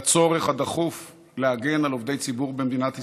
לצורך הדחוף להגן על עובדי ציבור במדינת ישראל.